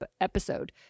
episode